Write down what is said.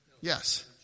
Yes